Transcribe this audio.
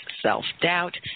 self-doubt